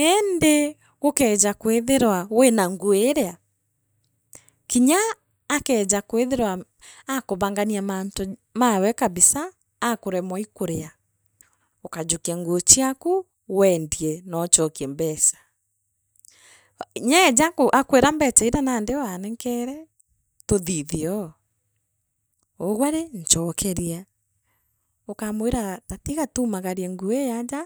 iindi gukeeja kwithira wina nguu iria kinya akeeja kwithirwa aakubangania mantu mawe kabisa akanemwa ii kuria uukajukia nguo chiaku weendie noochokie mbecha. Nyeeja akwe akwira mbecha iria nandi waanenkere tuuthithie oo uugwe rii nchoketia ukamwira tatiga tumagarie nguo iji aja.